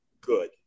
good